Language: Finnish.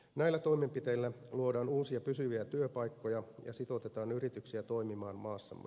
näillä toimenpiteillä luodaan uusia pysyviä työpaikkoja ja sitoutetaan yrityksiä toimimaan maassamme